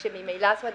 כאשר ממילא ועדת